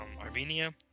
Armenia